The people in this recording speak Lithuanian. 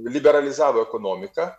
liberalizavo ekonomiką